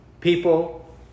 people